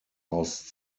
aus